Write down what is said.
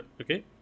okay